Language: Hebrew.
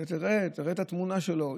תראה את התמונה שלו,